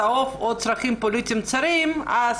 צהוב או צרכים פוליטיים צרים אז